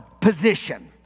position